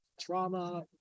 trauma